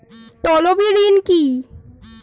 তলবি ঋন কি?